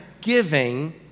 giving